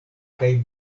kaj